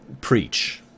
preach